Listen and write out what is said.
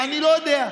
אני לא יודע.